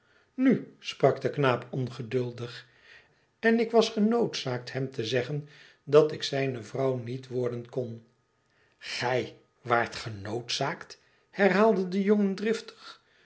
nu sprak de knaap ongeduldig nik was genoodzaakt hem te zeggen dat ik zijne vrouw niet worden kon gij waart genoodzaakt herhaalde de jongen driftig